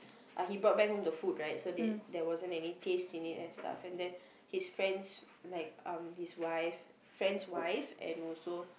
he brought back home the food right so they there wasn't any taste in it and stuff and then his friends like um his wife friend's wife and also